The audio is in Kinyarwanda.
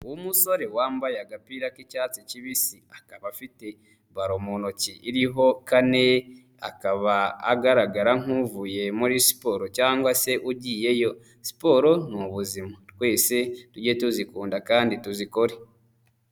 Ni musore wambaye agapira k'icyatsi kibisi, akaba afite baro mu ntoki iriho kane, akaba agaragara nk'uvuye muri siporo cyangwa se nk'ugiye yo. Siporo ni ubuzima twese tujye tuzikunda kandi tuzikore.